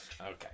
Okay